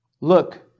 Look